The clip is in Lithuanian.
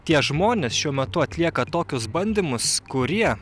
tie žmonės šiuo metu atlieka tokius bandymus kurie